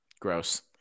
Gross